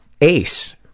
Ace